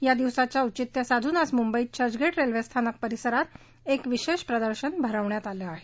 या दिवसाचं औचित्य साधून आज मुंबईत चर्वगेट रेल्वे स्थानक परिसरात एक विशेष प्रदर्शन भरवण्यात आलं आहे